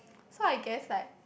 so I guess like